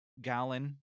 gallon